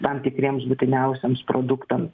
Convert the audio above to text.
tam tikriems būtiniausiems produktam